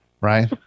right